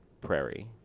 Prairie